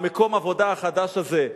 ממקום העבודה החדש הזה,